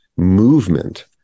movement